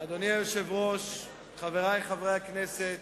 אדוני היושב-ראש, חברי חברי הכנסת,